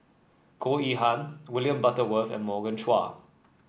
Goh Yihan William Butterworth and Morgan Chua